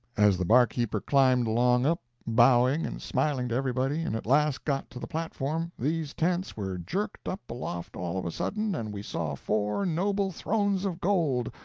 as the barkeeper climbed along up, bowing and smiling to everybody, and at last got to the platform, these tents were jerked up aloft all of a sudden, and we saw four noble thrones of gold,